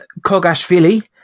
Kogashvili